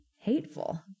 hateful